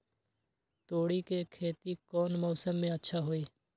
तोड़ी के खेती कौन मौसम में अच्छा होई?